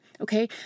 Okay